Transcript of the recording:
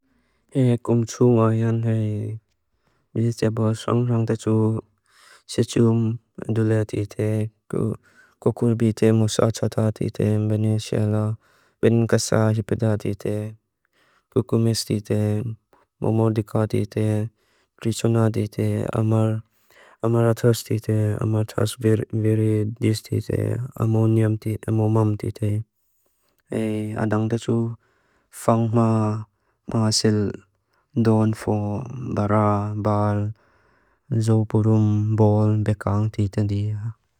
E kum tsu áyán hei, vijetába sánghánta tsu séchum dulea títe, kukubíte musáchata títe, vene xela, vene gásáhipida títe, kukumis títe, momódika títe, kricona títe, ámár ámár átás títe, ámár átás viridís títe, ámóniam títe, ámómám títe. E adánta tsu fangmá masil dóan fo bará bál, zoburúmból becán títe día.